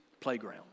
playground